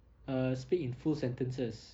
err speak in full sentences